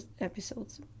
episodes